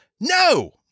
No